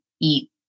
eat